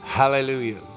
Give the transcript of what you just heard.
Hallelujah